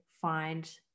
find